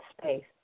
space